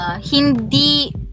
hindi